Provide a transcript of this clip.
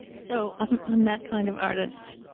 so i'm i'm that kind of artist.